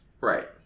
right